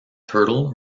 turtle